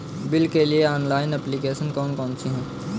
Bill के लिए online application कौन कौन सी हैं?